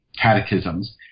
catechisms